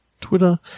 Twitter